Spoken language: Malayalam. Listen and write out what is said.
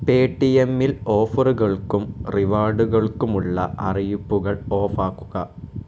പേടിഎമ്മിൽ ഓഫറുകൾക്കും റിവാർഡുകൾക്കുമുള്ള അറിയിപ്പുകൾ ഓഫാക്കുക